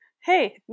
Hey